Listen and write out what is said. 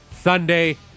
Sunday